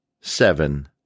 seven